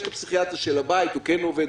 יש את הפסיכיאטר של הבית הוא כן עובד,